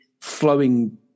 flowing